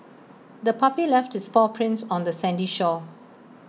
the puppy left its paw prints on the sandy shore